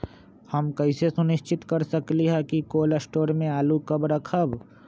हम कैसे सुनिश्चित कर सकली ह कि कोल शटोर से आलू कब रखब?